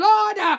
Lord